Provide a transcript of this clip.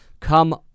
Come